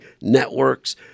networks